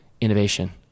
innovation